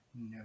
no